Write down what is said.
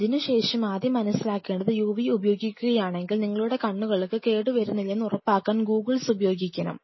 അതിനുശേഷം ആദ്യം മനസ്സിലാക്കേണ്ടത് UV ഉപയോഗിക്കുകയാണെങ്കിൽ നിങ്ങളുടെ കണ്ണുകൾക്ക് കേടുവരുത്തുന്നിലെന്ന് ഉറപ്പാക്കാൻ ഗൂഗിൾസ് ഉപയോഗിക്കണം